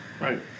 Right